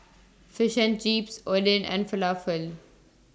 Fish and Chips Oden and Falafel